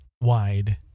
wide